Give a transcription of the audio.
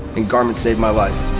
and garmin saved my life.